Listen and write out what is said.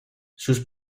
sus